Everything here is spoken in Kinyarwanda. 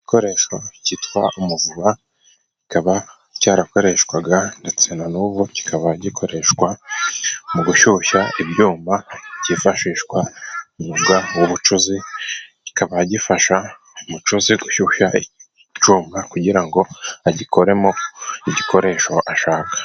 Igikoresho cyitwa umuvuba kikaba cyarakoreshwaga ndetse na n'ubu kikaba gikoreshwa mu gushyushya ibyuma byifashishwaga mu bucuzi, kikaba gifasha umucuzi gushyushya icyuma kugira ngo agikoremo igikoresho ashaka.